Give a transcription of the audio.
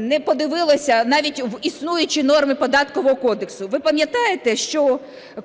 не подивилося навіть в існуючі норми Податкового кодексу. Ви пам'ятаєте,